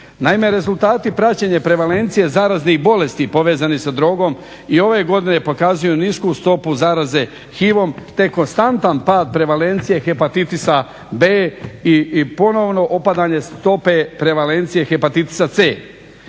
Naime rezultati praćenja prevalencije zaraznih bolesti povezani sa drogom i ove godine pokazuju nisku stopu zaraze HIV-om te konstantan pad prevalencije hepatitisa b i ponovno opadanje stope prevalencije hepatitisa c.